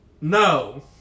No